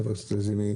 חברת הכנסת לזימי.